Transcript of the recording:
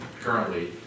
currently